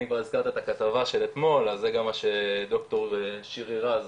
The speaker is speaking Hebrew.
אם כבר הזכרת את הכתבה של אתמול אז זה גם מה שד"ר שירי רז